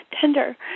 tender